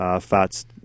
Fats